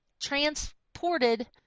transported